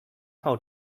how